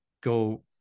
go